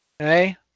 Okay